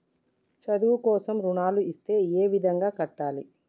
చదువు కోసం రుణాలు ఇస్తే ఏ విధంగా కట్టాలి?